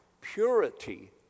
purity